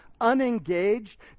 unengaged